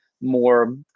more